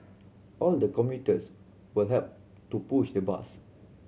all the commuters would help to push the bus